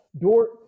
Door